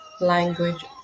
language